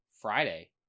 Friday